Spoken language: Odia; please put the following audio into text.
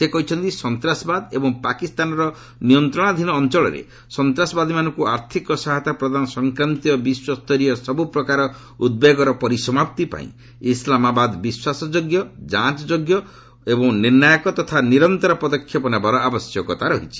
ସେ କହିଛନ୍ତି ସନ୍ତାସବାଦ ଏବଂ ପାକିସ୍ତାନର ନିୟନ୍ତ୍ରଣାଧୀନ ଅଞ୍ଚଳରେ ସନ୍ତାସବାଦୀମାନଙ୍କୁ ଆର୍ଥକ ସହାୟତା ପ୍ରଦାନ ସଂକ୍ରାନ୍ତୀୟ ବିଶ୍ୱସ୍ତରୀୟ ସବୁପ୍ରକାର ଉଦ୍ବେଗର ପରିସମାପ୍ତି ପାଇଁ ଇସ୍ଲାମାବାଦ ବିଶ୍ୱାସଯୋଗ୍ୟ ଯାଞ୍ଚ୍ୟୋଗ୍ୟ ନିର୍ଷ୍ଣାୟକ ଏବଂ ନିରନ୍ତର ପଦକ୍ଷେପ ନେବାର ଆବଶ୍ୟକତା ରହିଛି